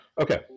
okay